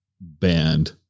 band